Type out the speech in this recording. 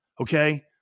okay